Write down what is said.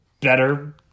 better